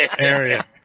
Area